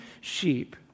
sheep